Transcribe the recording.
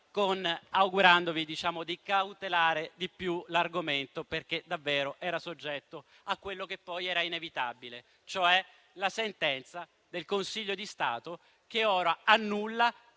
invitandovi a cautelare di più l'argomento, perché era soggetto a quello che poi era inevitabile, cioè la sentenza del Consiglio di Stato che ora annulla